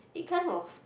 it kind of